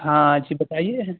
ہاں جی بتائیے